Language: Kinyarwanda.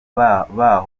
baba